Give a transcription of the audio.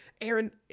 Aaron